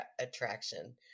attraction